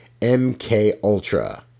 MKUltra